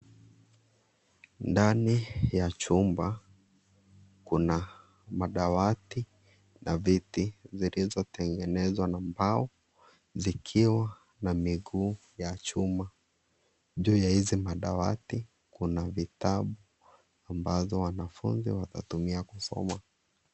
Ndani ya chumba kuna madawati na viti zilizotengenezwa na mbao zikiwa na miguu ya chuma. Juu za hizi madawati kuna vitabu ambavyo wanafunzi watatumia kusoma.